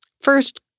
First